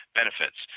benefits